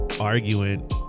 arguing